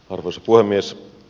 arvoisa puhemies